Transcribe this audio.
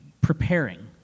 preparing